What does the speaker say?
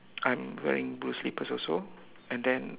I'm wearing blue slippers also and then